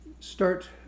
start